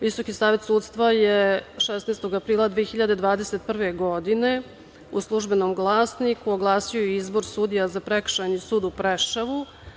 Visoki savet sudstva je 16. aprila 2021. godine u Službenom glasniku oglasio i izbor sudija za Prekršajni sud u Preševu.